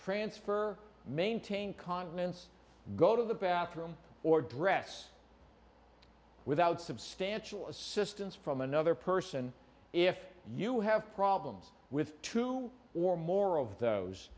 transfer maintain confidence go to the bathroom or dress without substantial assistance from another person if you have problems with two or more of those